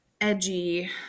edgy